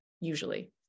usually